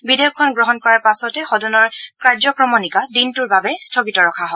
বিধেয়কখন গ্ৰহণ কৰাৰ পাছতে সদনৰ কাৰ্যক্ৰমণিকা দিনটোৰ বাবে স্থগিত ৰখা হয়